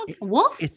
Wolf